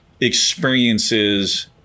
experiences